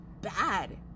bad